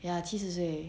ya 七十岁